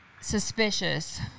suspicious